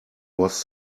was